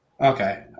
Okay